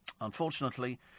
Unfortunately